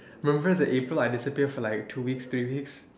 remember the April I disappeared for like two weeks three weeks